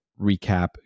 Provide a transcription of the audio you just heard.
recap